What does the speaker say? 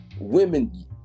Women